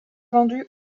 vendu